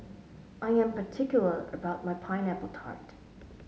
I am particular about my Pineapple Tart